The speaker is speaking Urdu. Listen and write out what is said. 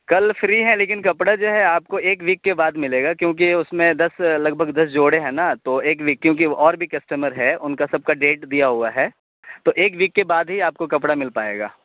کل فری ہیں لیکن کپڑا جو ہے آپ کو ایک ویک کے بعد ملے گا کیونکہ اس میں دس لگ بھگ دس جوڑے ہیں نا تو ایک ویک کیونکہ وہ اور بھی کسٹمر ہے ان کا سب کا ڈیٹ دیا ہوا ہے تو ایک ویک کے بعد ہی آپ کو کپڑا مل پائے گا